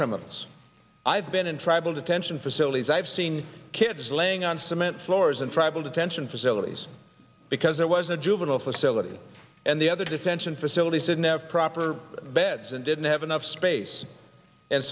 criminals i've been in tribal detention facilities i've seen kids laying on cement floors and tribal detention facilities because it was a juvenile facility and the other detention facilities didn't have proper beds and didn't have enough space and